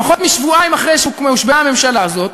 פחות משבועיים אחרי שהושבעה הממשלה הזאת,